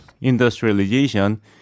industrialization